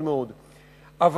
אבל,